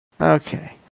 Okay